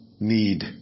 need